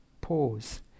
pause